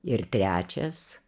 ir trečias